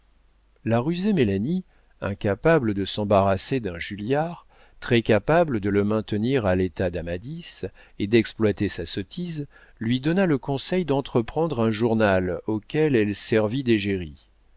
la rusée mélanie incapable de s'embarrasser d'un julliard très capable de le maintenir à l'état d'amadis et d'exploiter sa sottise lui donna le conseil d'entreprendre un journal auquel elle servît d'égérie